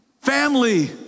family